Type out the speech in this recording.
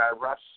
Russ